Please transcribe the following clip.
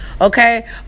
Okay